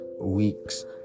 week's